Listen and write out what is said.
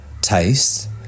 taste